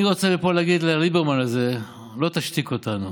אני רוצה מפה להגיד לליברמן הזה: לא תשתיק אותנו.